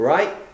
Right